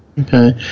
Okay